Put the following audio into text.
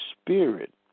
spirit